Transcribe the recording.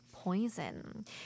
poison